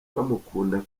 bamukunda